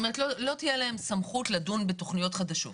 זאת אומרת לא תהיה להם סמכות לדון בתכניות חדשות.